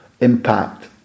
impact